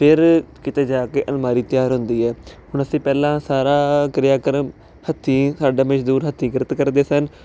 ਫਿਰ ਕਿਤੇ ਜਾ ਕੇ ਅਲਮਾਰੀ ਤਿਆਰ ਹੁੰਦੀ ਹੈ ਹੁਣ ਅਸੀਂ ਪਹਿਲਾਂ ਸਾਰਾ ਕਿਰਿਆ ਕਰਮ ਹੱਥੀਂ ਸਾਡੇ ਮਜ਼ਦੂਰ ਹੱਥੀਂ ਕਿਰਤ ਕਰਦੇ ਸਨ